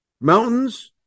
Mountains